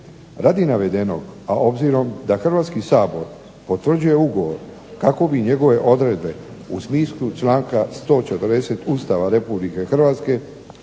Radi navedenog, a obzirom da Hrvatski sabor potvrđuje ugovor kako bi njegove odredbe u smislu članka 140. Ustava Republike Hrvatske